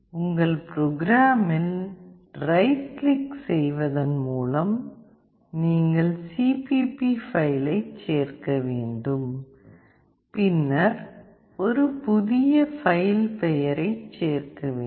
உங்கள் ப்ரோக்ராமில் right click செய்வதன் மூலம் நீங்கள் சிபிபி பைலைச் சேர்க்க வேண்டும் பின்னர் ஒரு புதிய பைல் பெயரைச் சேர்க்க வேண்டும்